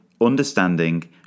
understanding